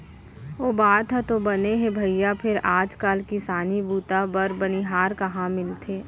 ओ बात ह तो बने हे भइया फेर आज काल किसानी बूता बर बनिहार कहॉं मिलथे?